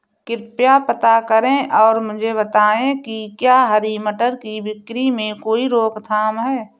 कृपया पता करें और मुझे बताएं कि क्या हरी मटर की बिक्री में कोई रोकथाम है?